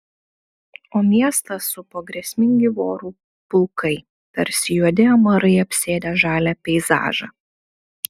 o miestą supo grėsmingi vorų pulkai tarsi juodi amarai apsėdę žalią peizažą